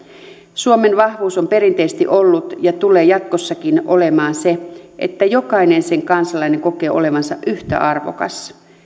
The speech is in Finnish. suomen vahvuus on perinteisesti ollut ja tulee jatkossakin olemaan se että jokainen sen kansalainen kokee olevansa yhtä arvokas